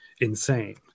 insane